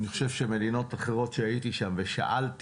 הייתי במדינות אחרות ושאלתי,